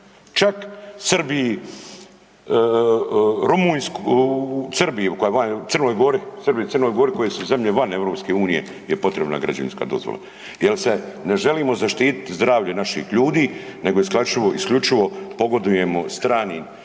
čak u Srbiji i Crnoj Gori koje su zemlje van EU je potrebna građevinska dozvola. Jel se ne želimo zaštiti zdravlje naših ljudi nego isključivo pogodujemo stranim